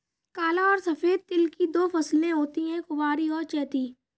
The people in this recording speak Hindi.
काला और सफेद तिल की दो फसलें होती है कुवारी और चैती